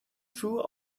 true